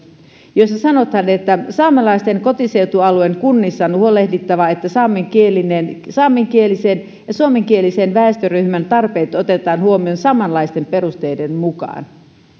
jossa sanotaan saamelaisten kotiseutualueen kunnissa on huolehdittava että saamenkielisen saamenkielisen ja suomenkielisen väestöryhmän tarpeet otetaan huomioon samanlaisten perusteiden mukaan